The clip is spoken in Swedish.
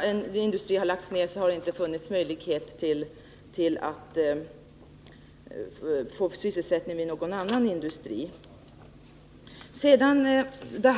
en industri i norr har lagts ned har det inte funnits möjlighet att få sysselsättning vid någon annan industri i närheten.